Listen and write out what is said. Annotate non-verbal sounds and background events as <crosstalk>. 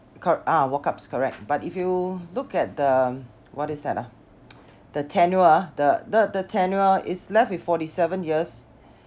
cor~ ah walk-ups correct but if you look at the what is that ah <noise> the tenure the the the tenure is left with forty seven years